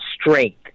strength